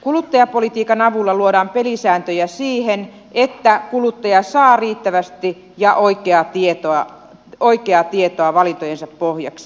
kuluttajapolitiikan avulla luodaan pelisääntöjä siihen että kuluttaja saa riittävästi ja oikeaa tietoa valintojensa pohjaksi